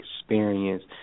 experience